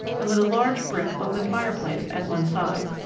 and with a large brick open fireplace at one side.